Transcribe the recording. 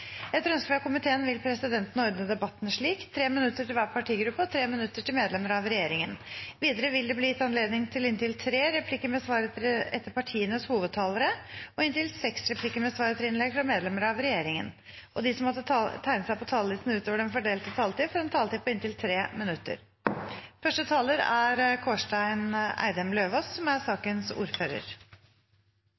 Etter ønske fra næringskomiteen vil presidenten ordne debatten slik: 3 minutter til hver partigruppe og 3 minutter til medlemmer av regjeringen. Videre vil det bli gitt anledning til inntil tre replikker med svar etter partienes hovedtalere og inntil seks replikker med svar etter innlegg fra medlemmer av regjeringen, og de som måtte tegne seg på talerlisten utover den fordelte taletid, får en taletid på inntil 3 minutter. Tilgang til nødvendige legemidler og nasjonal produksjon av disse er